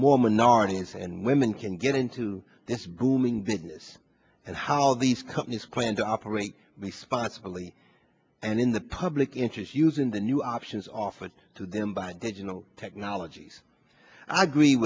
more minorities and women can get into this booming business and how these companies claim to operate responsibly and in the public interest using the new options offered to them by digital technologies i agree